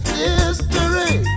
history